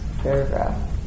paragraph